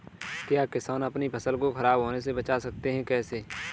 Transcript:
क्या किसान अपनी फसल को खराब होने बचा सकते हैं कैसे?